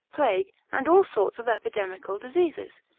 plague, and all sorts of epidemical diseases,